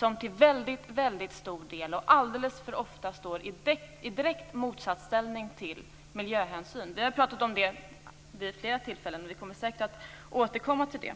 Den står alldeles för ofta i direkt motsatsställning till miljöhänsyn. Vi har talat om det vid flera tillfällen, och vi kommer säkert att återkomma till det.